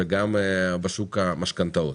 וגם בשוק המשכנתאות.